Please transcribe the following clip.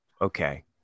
okay